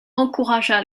encouragea